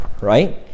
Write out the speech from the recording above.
right